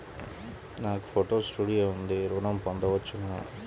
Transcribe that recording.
నాకు photo studio ఉంది ఋణం పొంద వచ్చునా?